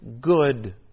good